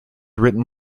written